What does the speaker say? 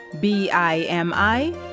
B-I-M-I